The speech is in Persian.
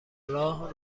راه